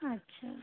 अच्छा